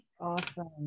Awesome